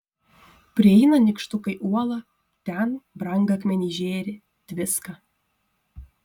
prieina nykštukai uolą ten brangakmeniai žėri tviska